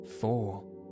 four